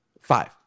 Five